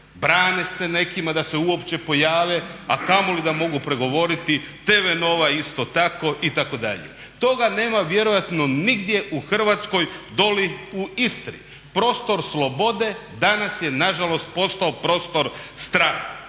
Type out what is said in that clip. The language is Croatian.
brani se nekima da se uopće pojave a kamoli da mogu progovoriti, Tv Nova isto tako itd.. Toga nema vjerojatno nigdje u Hrvatskoj doli u Istri. Prostor slobode danas je nažalost postavo prostor straha.